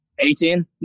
18